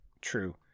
True